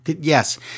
Yes